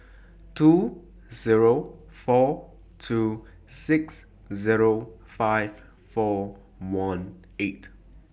two Zero four two six Zero five four one eight